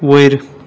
वयर